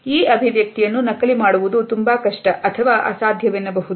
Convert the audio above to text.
ಈ ಅಭಿವ್ಯಕ್ತಿಯನ್ನು ನಕಲಿ ಮಾಡುವುದು ತುಂಬಾ ಕಷ್ಟ ಅಥವಾ ಅಸಾಧ್ಯವೆನ್ನಬಹುದು